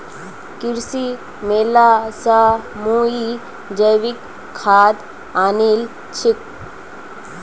कृषि मेला स मुई जैविक खाद आनील छि